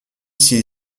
s’il